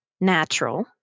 natural